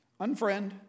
unfriend